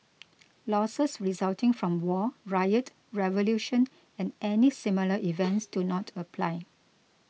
losses resulting from war riot revolution or any similar events do not apply